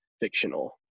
fictional